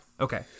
Okay